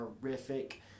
horrific